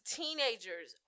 teenagers